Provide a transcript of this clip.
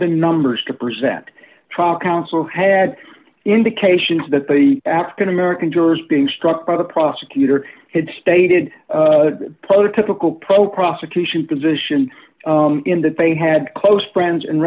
than numbers to present trial counsel had indications that the african american jurors being struck by the prosecutor had stated poker typical pro prosecution position in that they had close friends and